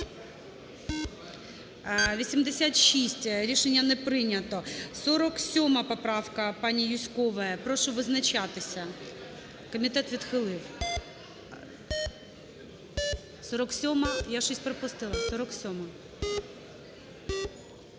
За-86 Рішення не прийнято. 47 поправка пані Юзькової. Прошу визначатися. Комітет відхилив. 47-а. Я щось пропустила...